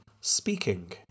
speaking